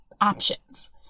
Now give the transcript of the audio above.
options